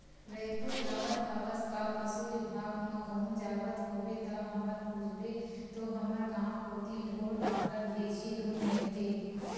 रइपुर जावत हवस का पसु बिभाग म कहूं जावत होबे ता हमर पूछबे तो हमर गांव कोती ढोर डॉक्टर भेजही धुन नइते